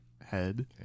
head